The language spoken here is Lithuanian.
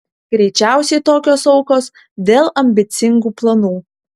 greičiausiai tokios aukos dėl ambicingų planų